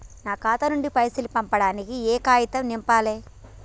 నా ఖాతా నుంచి పైసలు పంపించడానికి ఏ కాగితం నింపాలే?